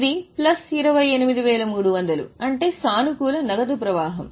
ఇది ప్లస్ 28300 అంటే సానుకూల నగదు ప్రవాహం